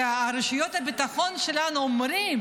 שרשויות הביטחון שלנו אומרים: